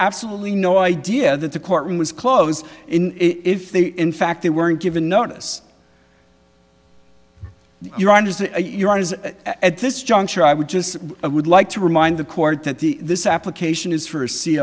absolutely no idea that the courtroom was closed in if they in fact they weren't given notice your honour's in your eyes at this juncture i would just i would like to remind the court that the this application is for a c